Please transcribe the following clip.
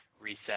reset